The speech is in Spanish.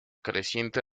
creciente